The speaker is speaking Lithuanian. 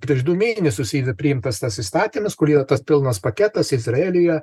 prieš du mėnesius yra priimtas tas įstatymas kur yra tas pilnas paketas izraelyje